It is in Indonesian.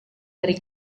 dari